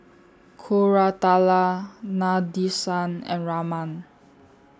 Koratala Nadesan and Raman